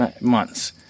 months